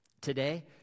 today